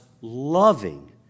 loving